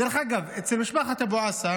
דרך אגב, אצל משפחת אבו עסא